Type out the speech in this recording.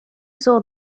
saw